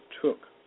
took